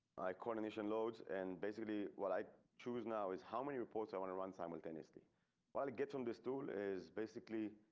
my coordination loads and basically what i choose now is how many reports i want to run simultaneously while get from this tool is basically.